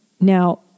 Now